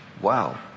Wow